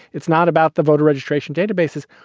it's not about the voter registration databases.